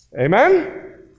Amen